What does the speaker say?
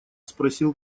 спросил